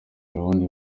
gahunda